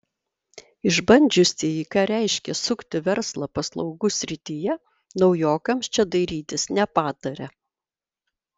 išbandžiusieji ką reiškia sukti verslą paslaugų srityje naujokams čia dairytis nepataria